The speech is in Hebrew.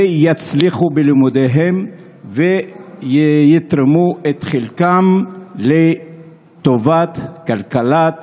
שיצליחו בלימודיהם ויתרמו את חלקם לטובת כלכלת